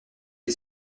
qui